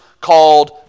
called